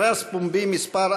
מכרז פומבי מס'